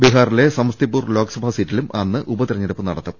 ബീഹാറിലെ സമസ്തിപൂർ ലോക്സഭാ സീറ്റിലും അന്ന് ഉപതിരഞ്ഞെടുപ്പ് നടത്തും